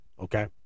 Okay